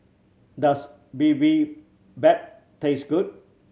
does Bibimbap taste good